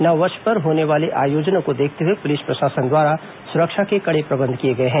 नववर्ष पर होने वाले आयोजनों को देखते हुए पुलिस प्रशासन द्वारा सुरक्षा के कड़े प्रबंध किए गए हैं